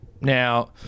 Now